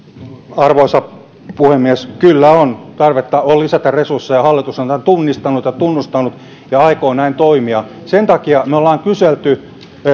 arvoisa puhemies kyllä on tarvetta on lisätä resursseja ja hallitus on tämän tunnistanut ja tunnustanut ja aikoo näin toimia sen takia me olemme kyselleet